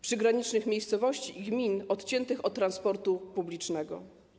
Przygranicznych miejscowości i gmin odciętych od transportu publicznego.